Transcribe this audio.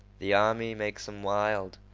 the army makes em wild,